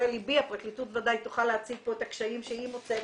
הפרקליטות וודאי תוכל להציג את הקשיים שהיא מוצאת